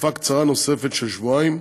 לתקופה קצרה נוספת, של שבועיים,